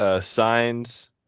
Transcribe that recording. Signs